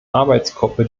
arbeitsgruppe